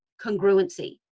congruency